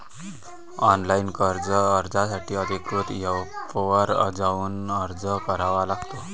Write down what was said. online कर्ज अर्जासाठी अधिकृत एपवर जाऊन अर्ज करावा लागतो